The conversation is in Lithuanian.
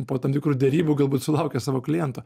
po tam tikrų derybų galbūt sulaukia savo kliento